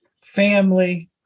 family